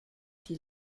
die